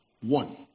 One